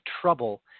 trouble